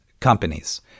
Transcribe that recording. companies